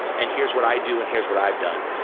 and here's what i do, and here's what i've done.